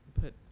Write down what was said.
put